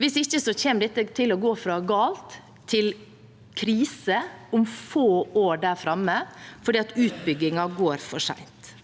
Hvis ikke kommer dette til å gå fra galt til krise om få år, fordi utbyggingen går for sent.